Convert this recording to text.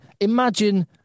imagine